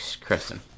Kristen